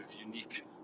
unique